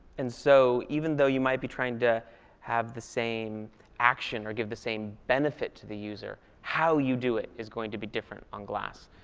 and so even though you might be trying to have the same action or give the same benefit to the user, how you do it is going to be different on glass.